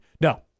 no